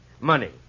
Money